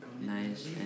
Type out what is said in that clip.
nice